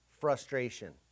frustration